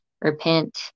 repent